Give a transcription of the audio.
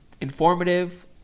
informative